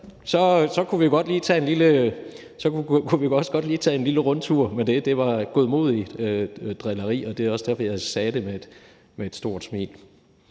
Så kunne vi godt lige tage en lille rundtur med det. Det var godmodigt drilleri, og det var også derfor, jeg sagde det med et stort smil